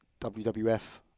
WWF